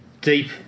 deep